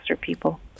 people